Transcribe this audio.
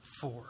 four